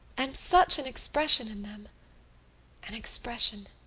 and such an expression in them an expression!